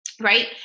right